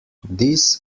this